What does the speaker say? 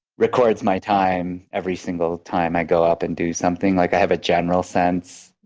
records my time every single time i go up and do something. like i have a general sense,